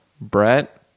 brett